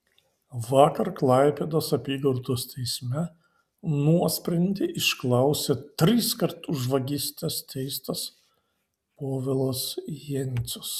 vakar klaipėdos apygardos teisme nuosprendį išklausė triskart už vagystes teistas povilas jencius